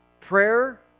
Prayer